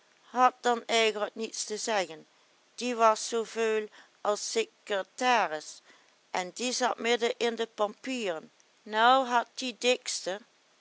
had dan eigenlijk niets te zeggen die was zoo veul als sikretaris en die zat midden in de pampieren nou had die dikste